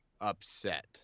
upset